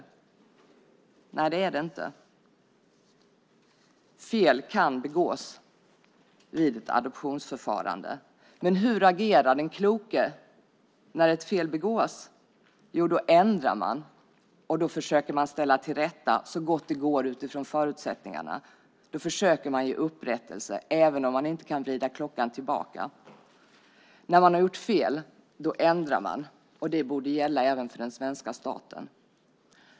Nej, det är det inte. Fel kan begås vid ett adoptionsförfarande. Men hur agerar den kloke när ett fel begås? Jo, då ändrar man och försöker ställa till rätta så gott det går utifrån förutsättningarna. Man försöker ge upprättelse även om man inte kan vrida klockan tillbaka. När man har gjort fel ändrar man. Det borde gälla även för den svenska staten.